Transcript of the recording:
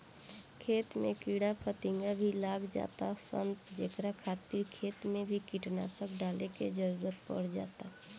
खेत में कीड़ा फतिंगा भी लाग जातार सन जेकरा खातिर खेत मे भी कीटनाशक डाले के जरुरत पड़ जाता